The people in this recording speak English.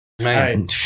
Man